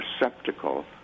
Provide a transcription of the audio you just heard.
receptacle